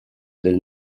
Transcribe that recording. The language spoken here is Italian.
del